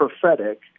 prophetic